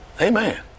Amen